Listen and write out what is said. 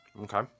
Okay